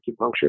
acupuncture